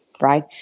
right